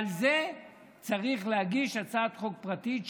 על זה צריך להגיש הצעת חוק פרטית,